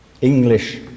English